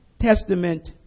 Testament